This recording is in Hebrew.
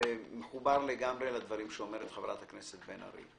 מחובר לדברים שאומרת חברת הכנסת בן ארי.